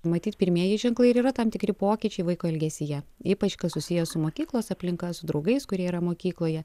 matyt pirmieji ženklai ir yra tam tikri pokyčiai vaiko elgesyje ypač kas susiję su mokyklos aplinka su draugais kurie yra mokykloje